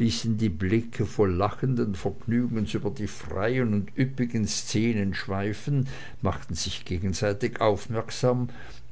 die blicke voll lachenden vergnügens über die freien und üppigen szenen schweifen machten sich gegenseitig aufmerksam